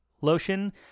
lotion